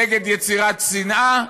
נגד יצירת שנאה,